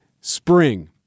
spring